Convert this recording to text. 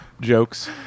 jokes